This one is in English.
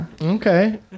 Okay